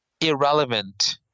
irrelevant